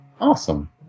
Awesome